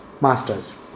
masters